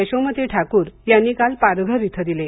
यशोमती ठाकूर यांनी काल पालघर इथ दिले